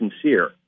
sincere